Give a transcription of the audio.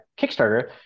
Kickstarter